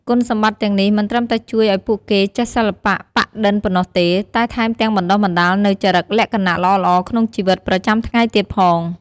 គុណសម្បត្តិទាំងនេះមិនត្រឹមតែជួយឱ្យពួកគេចេះសិល្បៈប៉ាក់-ឌិនប៉ុណ្ណោះទេ តែថែមទាំងបណ្ដុះបណ្ដាលនូវចរិតលក្ខណៈល្អៗក្នុងជីវិតប្រចាំថ្ងៃទៀតផង។